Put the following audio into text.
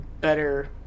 better